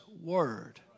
Word